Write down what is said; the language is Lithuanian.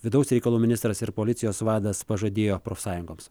vidaus reikalų ministras ir policijos vadas pažadėjo profsąjungoms